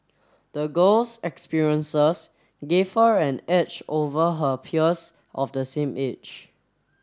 the girl's experiences gave her an edge over her peers of the same age